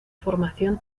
formación